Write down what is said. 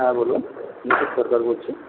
হ্যাঁ বলুন বলছি